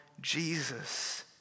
Jesus